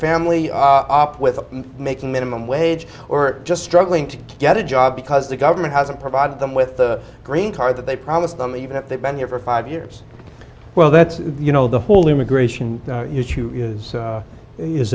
family up with making minimum wage or just struggling to get a job because the government hasn't provided them with the green card that they promised them even if they've been here for five years well that's you know the whole immigration issue is